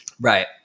Right